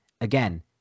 again